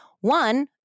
One